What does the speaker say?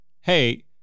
hey